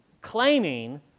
claiming